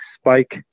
spike